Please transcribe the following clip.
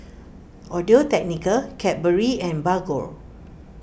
Audio Technica Cadbury and Bargo